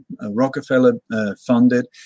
Rockefeller-funded